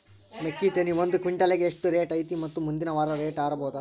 ಮೆಕ್ಕಿ ತೆನಿ ಒಂದು ಕ್ವಿಂಟಾಲ್ ಗೆ ಎಷ್ಟು ರೇಟು ಐತಿ ಮತ್ತು ಮುಂದಿನ ವಾರ ರೇಟ್ ಹಾರಬಹುದ?